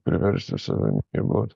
priversti save miegot